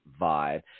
vibe